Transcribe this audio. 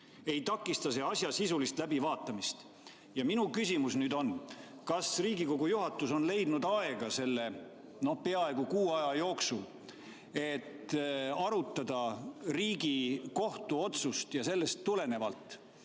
ei takista see asja sisulist läbivaatamist." Minu küsimus on: kas Riigikogu juhatus on leidnud aega selle peaaegu kuu aja jooksul, et arutada Riigikohtu otsust, ja kui te olete